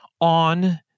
on